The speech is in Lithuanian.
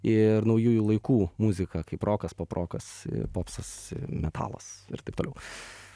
ir naujųjų laikų muzika kaip rokas poprokas popsas metalas ir taip toliau